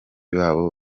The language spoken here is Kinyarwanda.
babo